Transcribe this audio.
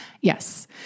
Yes